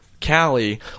Callie